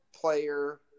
player